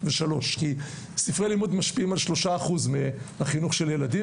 כי ספרי לימוד משפיעים על 3% מהחינוך של ילדים.